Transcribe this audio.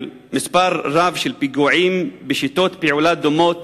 מספר רב של פיגועים בשיטות פעולה דומות